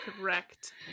Correct